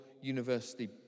university